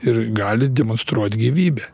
ir gali demonstruot gyvybę